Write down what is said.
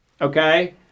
Okay